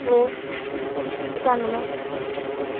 सौ पंचानुऐ